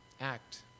Act